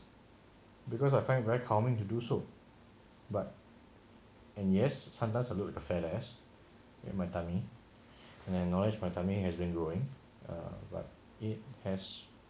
because I find very calming to do so but and yes sometimes look like a fat ass in my tummy and acknowledged my tummy has been growing but err but it has